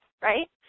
Right